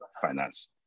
finance